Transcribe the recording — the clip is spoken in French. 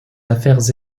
affaires